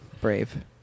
brave